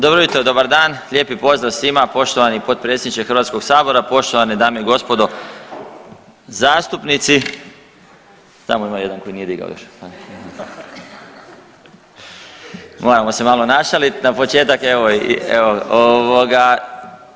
Dobro jutro, dobar dan, lijepi pozdrav svima poštovani potpredsjedniče Hrvatskog sabora, poštovane dame i gospodo zastupnici, tamo ima jedan koji nije digao još, moramo se malo našaliti na početak, evo i, ovoga.